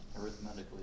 arithmetically